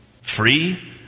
free